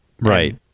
right